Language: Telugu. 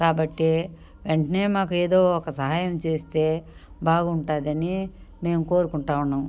కాబట్టి వెంటనే మాకు ఏదో ఒక సహాయం చేస్తే బాగుంటాదని మేము కోరుకుంటా ఉన్నాము